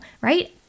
right